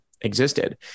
existed